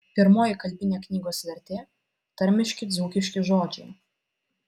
pirmoji kalbinė knygos vertė tarmiški dzūkiški žodžiai